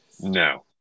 no